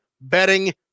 Betting